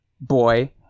boy